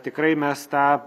tikrai mes tą